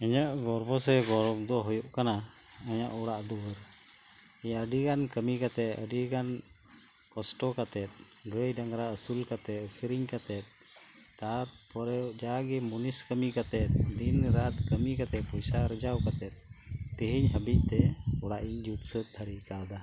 ᱤᱧᱟᱹᱜ ᱜᱚᱨᱵᱷᱚ ᱥᱮ ᱜᱚᱨᱚᱵ ᱫᱚ ᱦᱩᱭᱩᱜ ᱠᱟᱱᱟ ᱤᱧᱟᱹᱜ ᱚᱲᱟᱜ ᱫᱩᱣᱟᱹᱨ ᱤᱧ ᱟᱹᱰᱤᱜᱟᱱ ᱠᱟᱹᱢᱤ ᱠᱟᱛᱮᱫ ᱟᱹᱰᱤᱜᱟᱱ ᱠᱚᱥᱴᱚ ᱠᱟᱛᱮᱫ ᱜᱟᱹᱭ ᱰᱟᱝᱨᱟ ᱟᱹᱥᱩᱞ ᱠᱟᱛᱮᱫ ᱟᱹᱠᱷᱨᱤᱧ ᱠᱟᱛᱮᱫ ᱛᱟᱯᱚᱨᱮ ᱡᱟᱜᱤ ᱢᱩᱱᱤᱥ ᱠᱟᱹᱢᱤ ᱠᱟᱛᱮᱫ ᱫᱤᱱ ᱨᱟᱛ ᱠᱟᱹᱢᱤ ᱠᱟᱛᱮᱫ ᱯᱚᱭᱥᱟ ᱟᱨᱡᱟᱣ ᱠᱟᱛᱮᱫ ᱛᱮᱦᱤᱮ ᱦᱟᱹᱵᱤᱡ ᱛᱮ ᱚᱲᱟᱜ ᱤᱧ ᱡᱩᱛ ᱥᱟᱹᱛ ᱫᱟᱲᱮᱭ ᱟᱠᱟᱣᱫᱟ